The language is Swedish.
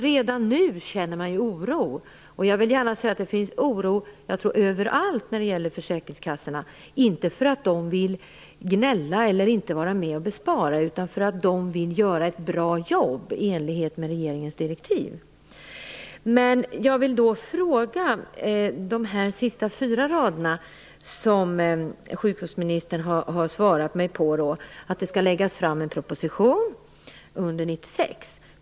Redan nu känner man oro, och jag tror att det finns oro överallt när det gäller försäkringskassorna, inte för att de vill gnälla eller för att de inte vill vara med och spara, utan för att de vill göra ett bra jobb i enlighet med regeringens direktiv. Jag vill då fråga om de sista fyra raderna som sjukvårdsministern har i sitt svar, om att det skall läggas fram en proposition under 1996.